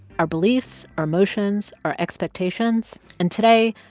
our beliefs, our emotions, our expectations. and today,